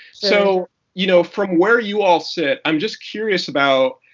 so you know from where you all sit, i'm just curious about.